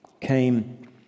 came